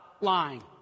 lying